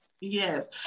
yes